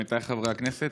עמיתיי חברי הכנסת,